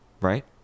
Right